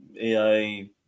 AI